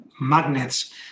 magnets